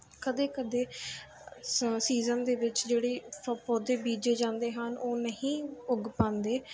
ਕਦੇ ਕਦੇ ਸ ਸੀਜ਼ਨ ਦੇ ਵਿੱਚ ਜਿਹੜੇ ਸ ਪੌਦੇ ਬੀਜੇ ਜਾਂਦੇ ਹਨ ਉਹ ਨਹੀਂ ਉੱਗ ਪਾਉਂਦੇ